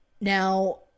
Now